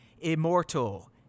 immortal